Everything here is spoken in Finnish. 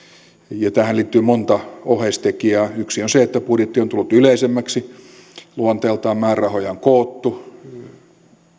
ja tähän liittyy monta oheistekijää yksi on se että budjetti on tullut yleisemmäksi luonteeltaan määrärahoja on koottu